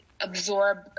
absorb